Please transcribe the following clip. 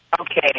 Okay